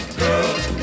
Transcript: girls